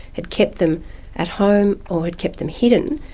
had kept them at home or had kept them hidden,